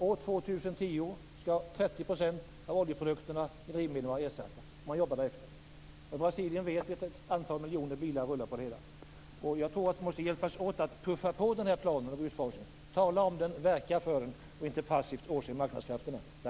År 2010 skall 30 % av oljeprodukterna i drivmedel vara ersatta, och man jobbar därefter. Vi vet att ett antal miljoner bilar rullar i Brasilien. Vi måste hjälpas åt att puffa på planen om utfasningen. Vi måste tala om den, verka för den och inte passivt åse marknadskrafterna.